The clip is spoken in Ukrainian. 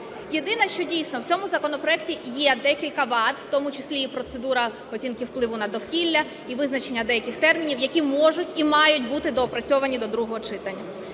Єдине, що дійсно в цьому законопроекті є декілька вад, в тому числі і процедура оцінки впливу на довкілля, і визначення деяких термінів, які можуть і мають бути доопрацьовані до другого читання.